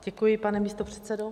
Děkuji, pane místopředsedo.